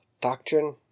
doctrine